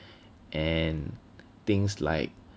and things like